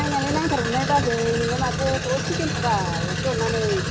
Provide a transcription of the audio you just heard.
नांनायालाय नांथारगौमोनहाय बाजै नोंलाय माथो दसेल' दोन्थ'बाल इसे अन्नानै